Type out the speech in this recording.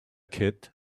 kid